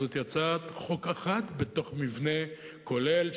זוהי הצעת חוק אחת בתוך מבנה כולל,